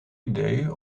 idee